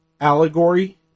allegory